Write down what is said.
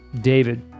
David